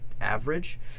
average